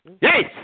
Yes